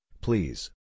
please